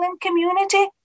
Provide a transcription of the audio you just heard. community